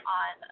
on